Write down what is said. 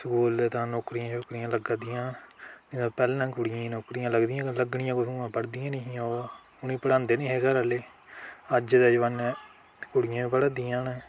school तां नौकरियां शौकरियां लग्गा दियां पैह्लै कुड़ियें नौकरियां लगदियां निं लग्गनियां केह् पढ़दियां गै नेहियां ओह् उ'नेंई पढ़ांदे निं ऐ हे घरैआह्लै अज्ज दे जमानै कुड़ियां बी पढ़ा दियां न